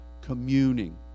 communing